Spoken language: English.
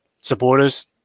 supporters